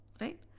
Right